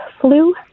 flu